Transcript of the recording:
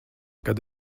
kad